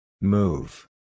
Move